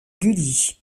gulli